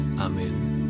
Amen